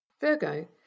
Virgo